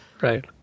Right